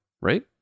right